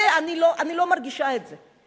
זה, אני לא מרגישה את זה.